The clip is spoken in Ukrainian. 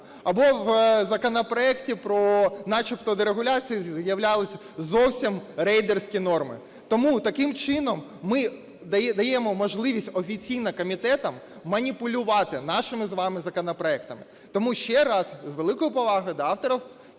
Або в законопроекті про, начебто, про дерегуляцію з'являлись зовсім рейдерські норми. Тому таким чином, ми даємо можливість офіційно комітетам маніпулювати нашими з вами законопроектами. Тому ще раз з великою повагою до автора